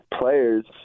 players